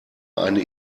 eine